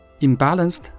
Imbalanced